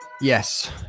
Yes